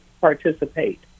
participate